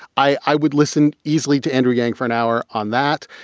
i i would listen easily to andrew yang for an hour on that.